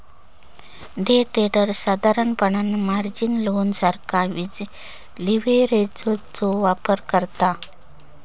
day traders साधारणपणान margin loan सारखा लीव्हरेजचो वापर करतत